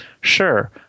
sure